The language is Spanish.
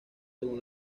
según